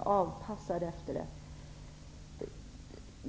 avpassad organisation.